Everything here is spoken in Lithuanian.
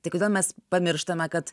tai kodėl mes pamirštame kad